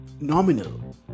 nominal